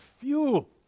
fuel